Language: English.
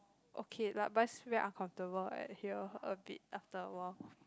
okay lah but it's very uncomfortable eh here a bit after awhile